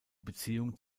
beziehung